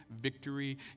victory